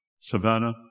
Savannah